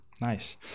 Nice